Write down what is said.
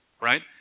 right